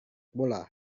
bola